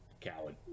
Coward